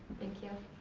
thank you.